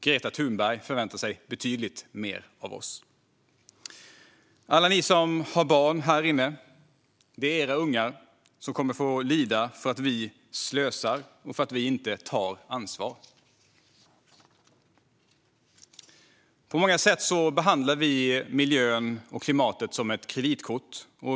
Greta Thunberg förväntar sig betydligt mer av oss. Alla ni här inne som har barn - det är era ungar som kommer att få lida för att vi slösar och för att vi inte tar ansvar. På många sätt behandlar vi miljön och klimatet som ett kreditkort.